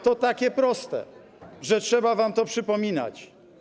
To takie proste, że trzeba wam to przypominać.